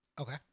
Okay